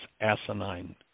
asinine